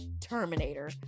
Terminator